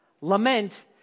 Lament